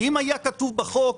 אם היה כתוב בחוק: